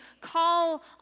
call